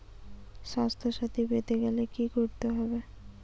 স্বাস্থসাথী পেতে গেলে কি করতে হবে?